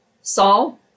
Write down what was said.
Saul